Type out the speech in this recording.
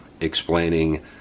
explaining